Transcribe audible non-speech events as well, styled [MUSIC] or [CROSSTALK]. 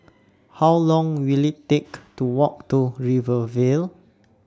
[NOISE] How Long Will IT Take to Walk to Rivervale